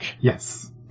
Yes